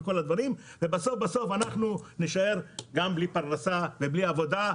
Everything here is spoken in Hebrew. ובסוף נישאר גם בלי פרנסה ובלי עבודה,